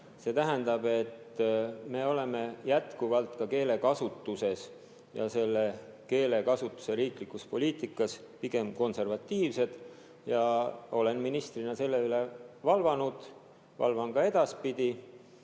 See tähendab, et me oleme jätkuvalt ka keelekasutuses ja selle keelekasutuse riiklikus poliitikas pigem konservatiivsed. Olen ministrina selle üle valvanud ja valvan ka edaspidi.